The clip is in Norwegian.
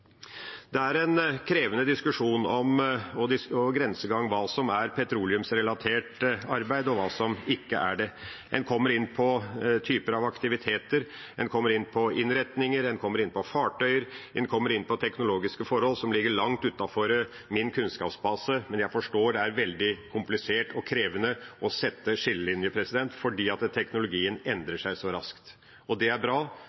Det er en krevende diskusjon om og grensegang mellom hva som er petroleumsrelatert arbeid, og hva som ikke er det. En kommer inn på typer av aktiviteter, en kommer inn på innretninger, en kommer inn på fartøyer, en kommer inn på teknologiske forhold som ligger langt utenfor min kunnskapsbase, men jeg forstår at det er veldig komplisert og krevende å sette skillelinjer, for teknologien endrer seg så raskt. Og det er bra